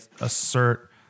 assert